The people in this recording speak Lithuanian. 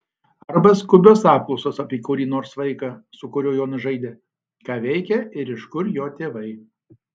arba skubios apklausos apie kurį nors vaiką su kuriuo jonas žaidė ką veikia ir iš kur jo tėvai